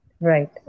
right